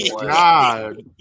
god